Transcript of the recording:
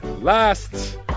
Last